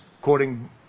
quoting